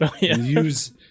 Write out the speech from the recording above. use